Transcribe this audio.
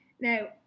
Now